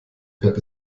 fährt